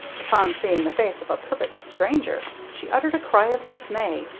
upon seeing the face of a perfect stranger she uttered a cry of dismay,